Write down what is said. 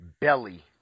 Belly